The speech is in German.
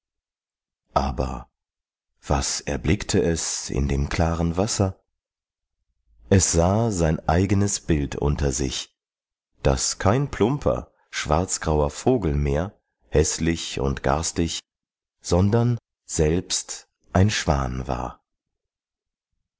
aber was erblickte es in dem klaren wasser es sah sein eigenes bild unter sich das kein plumper schwarzgrauer vogel mehr häßlich und garstig sondern selbst ein schwan war